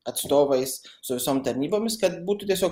atstovais su visom tarnybomis kad būtų tiesiog